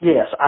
Yes